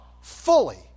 fully